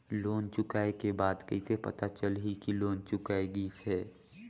Loan चुकाय के बाद कइसे पता चलही कि लोन चुकाय गिस है?